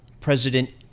President